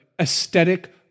aesthetic